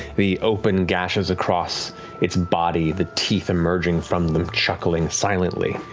the open gashes across its body, the teeth emerging from them chuckling silently.